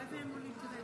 אשמורת תיכונה כבר,